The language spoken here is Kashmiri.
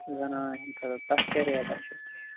زَنانن ہٕنٛدِ خٲطرٕ تتھ کیٛاہ ریٚٹا چھِو تُہۍ ہیٚوان